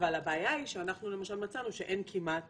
אבל הבעיה היא שאנחנו מצאנו שאין כמעט